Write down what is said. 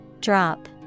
Drop